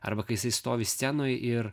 arba kai jisai stovi scenoj ir